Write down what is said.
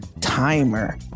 timer